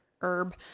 herb